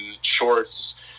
shorts